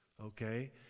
okay